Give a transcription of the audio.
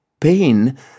pain